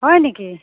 হয় নেকি